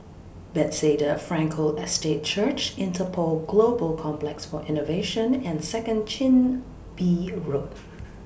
Bethesda Frankel Estate Church Interpol Global Complex For Innovation and Second Chin Bee Road